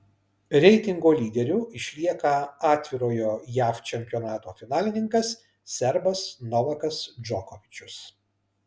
reitingo lyderiu išlieka atvirojo jav čempionato finalininkas serbas novakas džokovičius